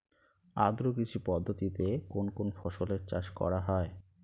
আদ্র কৃষি পদ্ধতিতে কোন কোন ফসলের চাষ করা হয়?